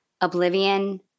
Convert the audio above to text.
oblivion